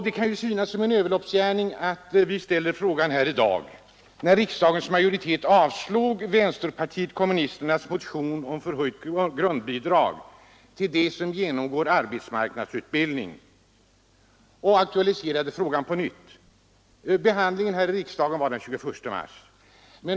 Det kan synas som en överloppsgärning att ställa frågan här i dag, eftersom riksdagsmajoriteten avslog vänsterpartiet kommunisternas motion om förhöjt grundbidrag till dem som genomgår arbetsmarknadsutbildning. Därigenom aktualiserades frågan på nytt. Behandlingen här i riksdagen var den 21 mars.